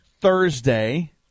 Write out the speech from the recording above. Thursday